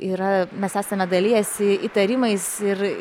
yra mes esame dalijęsi įtarimais ir